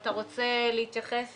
אתה רוצה להתייחס